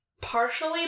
Partially